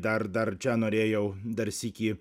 dar dar čia norėjau dar sykį